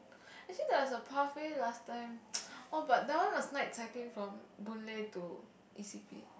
actually there was a pathway last time was oh but that one was night cycling from Boon Lay to e_c_p